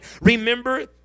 remember